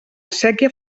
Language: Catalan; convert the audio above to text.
séquia